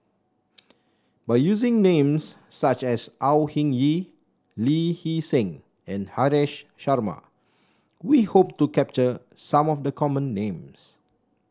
by using names such as Au Hing Yee Lee Hee Seng and Haresh Sharma we hope to capture some of the common names